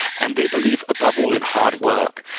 and they believe above all in hard work.